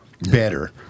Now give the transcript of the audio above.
better